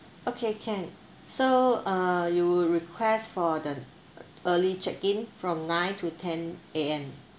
okay can so uh you'll request for the early check-in from nine to ten A_M